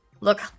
look